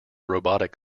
robotic